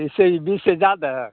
इससे बीस से ज़्यादा है